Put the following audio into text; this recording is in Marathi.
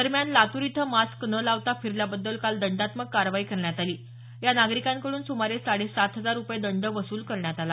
दरम्यान लातूर इथं मास्क न लावता फिरल्याबद्दल काल दंडात्मक कारवाई करण्यात आली या नागरिकांकडून सुमारे साडे सात हजार रुपये दंड वसूल करण्यात आला